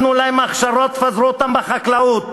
תנו להם הכשרות ותפזרו אותם בחקלאות.